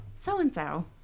so-and-so